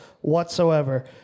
whatsoever